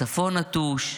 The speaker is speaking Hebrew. הצפון נטוש,